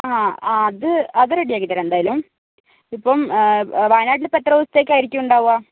ആ അത് അത് റെഡിയാക്കിത്തരാം എന്തായാലും ഇപ്പോൾ വയനാട്ടിലിപ്പോൾ എത്ര ദിവസത്തേക്കായിരിക്കും ഉണ്ടാവുക